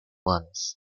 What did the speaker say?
ones